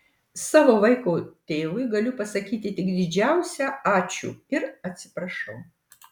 savo vaiko tėvui galiu pasakyti tik didžiausią ačiū ir atsiprašau